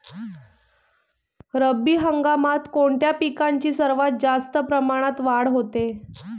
रब्बी हंगामात कोणत्या पिकांची जास्त प्रमाणात वाढ होते?